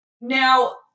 Now